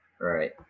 Right